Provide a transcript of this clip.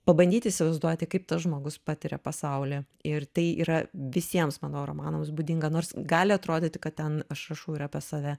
pabandyt įsivaizduoti kaip tas žmogus patiria pasaulį ir tai yra visiems mano romanams būdinga nors gali atrodyti kad ten aš rašau ir apie save